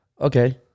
Okay